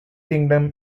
kingdom